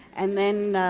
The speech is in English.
and then